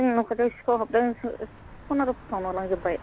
जोंनि न' खाथिआव सिखाव हाबदों सना रुपा खावनानै लांजोबबाय